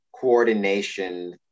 coordination